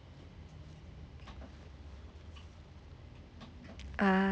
ah